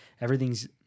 everything's